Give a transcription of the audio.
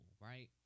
right